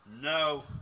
no